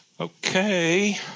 Okay